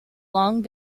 long